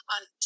On